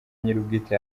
nyir’ubwite